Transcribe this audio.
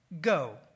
Go